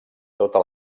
tota